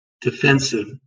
defensive